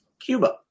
Cuba